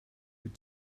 wyt